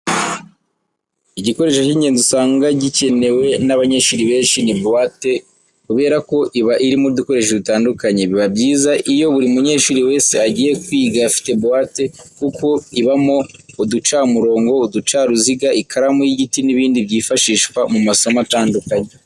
Igikoresho cy'ingenzi usanga gikenerwa n'abanyeshuri benshi ni buwate kubera ko iba irimo udukoresho dutandukanye. Biba byiza iyo buri munyeshuri wese agiye kwiga afite buwate kuko ibamo uducamurongo, uducaruziga, ikaramu y'igiti n'ibindi byifashishwa mu masomo atandukanye.